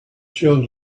chill